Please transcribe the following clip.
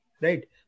right